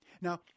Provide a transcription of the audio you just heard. now